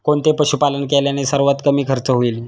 कोणते पशुपालन केल्याने सर्वात कमी खर्च होईल?